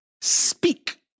speak